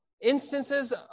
instances